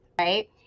Right